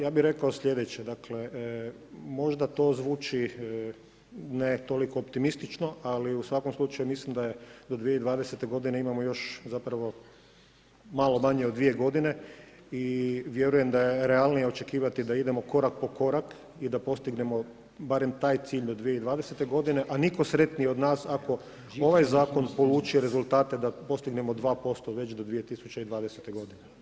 Ja bih rekao sljedeće, dakle možda to zvuči ne toliko optimistično, ali u svakom slučaju mislim da je do 2020. godine imamo još zapravo malo manje od 2 godine i vjerujem da je realnije očekivati da idemo korak po korak i da postignemo barem taj cilj do 2020. godine, a nitko sretniji od nas ako ovaj zakon povuče rezultate da postignemo 2% već do 2020. godine.